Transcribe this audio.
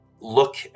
look